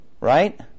Right